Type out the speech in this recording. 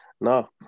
No